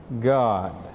God